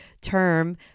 term